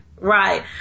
right